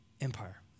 Empire